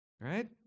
right